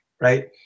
right